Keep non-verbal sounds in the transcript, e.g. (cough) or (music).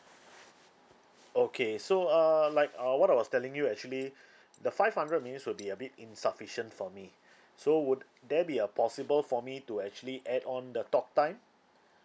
okay so uh like uh what I was telling you actually (breath) the five hundred minutes would be a bit insufficient for me (breath) so would there be a possible for me to actually add on the talk time